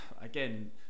again